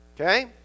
Okay